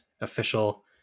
official